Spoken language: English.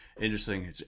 interesting